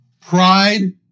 pride